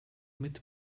mit